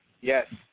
Yes